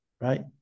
Right